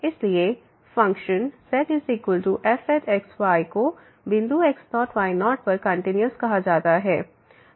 इसलिए function zfx y को बिंदु x0 y0 पर कंटिन्यूस कहा जाता है